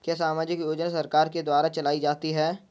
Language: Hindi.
क्या सामाजिक योजना सरकार के द्वारा चलाई जाती है?